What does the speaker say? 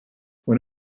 when